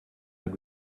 had